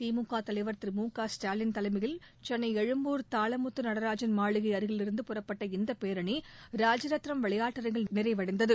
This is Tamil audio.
திமுக தலைவர் திரு மு க ஸ்டாலின் தலைமையில் சென்னை எழும்பூர் தாளமுத்து நடராஜன் மாளிகை அருகிலிருந்து புறப்பட்ட இந்த பேரணி ராஜரத்னம் விளையாட்டரங்கில் நிறைவடைந்தது